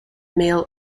male